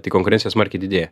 tai konkurencija smarkiai didėja